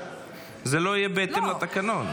זה לא יהיה בהתאם לתקנון.